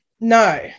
No